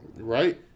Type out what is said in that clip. Right